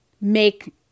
make